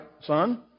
son